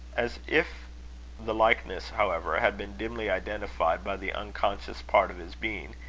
as if the likeness, however, had been dimly identified by the unconscious part of his being,